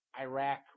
Iraq